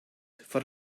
for